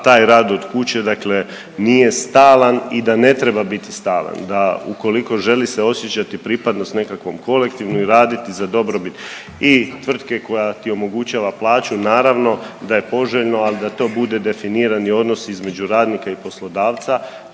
da taj rad od kuće nije stalan i da ne treba biti stalan, da ukoliko želi se osjećati pripadnost nekakvom kolektivu i raditi za dobrobit i tvrtke koja ti je omogućila plaću, naravn da je poželjno ali da to bude definirani odnos između radnika i poslodavca